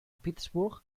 pittsburgh